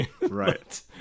Right